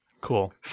Cool